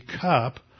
cup